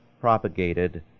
propagated